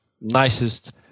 nicest